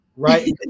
right